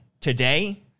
Today